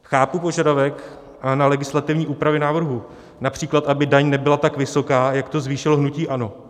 Chápu požadavek na legislativní úpravy návrhu, například aby daň nebyla tak vysoká, jak to zvýšilo hnutí ANO.